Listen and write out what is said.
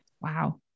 wow